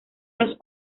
los